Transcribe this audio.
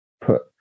put